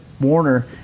Warner